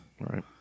right